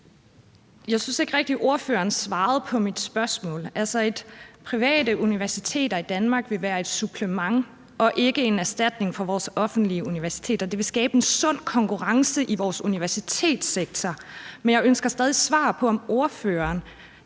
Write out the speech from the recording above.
Jeg synes ikke rigtig, ordføreren svarede på mit spørgsmål. Altså, private universiteter i Danmark vil være et supplement til og ikke en erstatning for vores offentlige universiteter. Det vil skabe en sund konkurrence i vores universitetssektor. Men jeg ønsker stadig svar på, om ordføreren